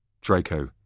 Draco